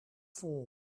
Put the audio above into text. for